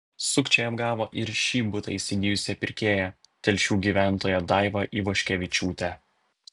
sukčiai apgavo ir šį butą įsigijusią pirkėją telšių gyventoją daivą ivoškevičiūtę